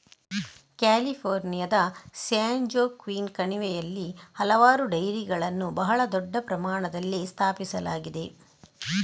ಕ್ಯಾಲಿಫೋರ್ನಿಯಾದ ಸ್ಯಾನ್ಜೋಕ್ವಿನ್ ಕಣಿವೆಯಲ್ಲಿ ಹಲವಾರು ಡೈರಿಗಳನ್ನು ಬಹಳ ದೊಡ್ಡ ಪ್ರಮಾಣದಲ್ಲಿ ಸ್ಥಾಪಿಸಲಾಗಿದೆ